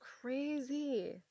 crazy